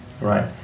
right